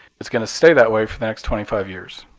it's going to stay that way for the next twenty five years.